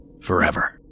forever